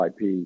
IP